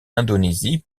indonésie